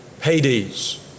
Hades